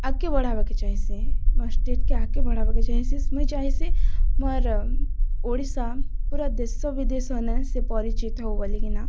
ଆଗକେ ବଢ଼ାବାକେ ଚାହିଁସି ମୋ ଷ୍ଟେଟ୍କେ ଆଗକେ ବଢ଼ାବାକେ ଚାହିଁସି ମୁଁ ଚାହିଁସି ମୋର ଓଡ଼ିଶା ପୁରା ଦେଶ ବିଦେଶନେ ସେ ପରିଚିତ ହଉ ବୋଲିକିନା